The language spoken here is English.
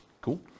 Cool